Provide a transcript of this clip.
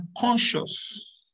conscious